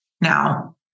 Now